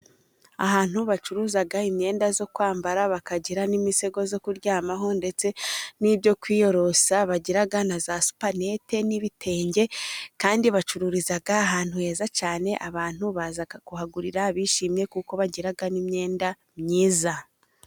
Ahantu bacuruza imyenda yo kwambara bakagira n'imisego yo kuryamaho. Ndetse n'ibyo kwiyorosa bagira na za supanete, n'ibitenge kandi bacururiza ahantu heza cyane. Abantu baza kuhagurira bishimye kuko bagira n'imyenda myiza.